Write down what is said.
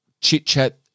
chit-chat